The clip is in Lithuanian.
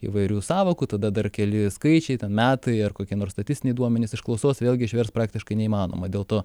įvairių sąvokų tada dar keli skaičiai metai ar kokie nors statistiniai duomenys iš klausos vėlgi išverst praktiškai neįmanoma dėl to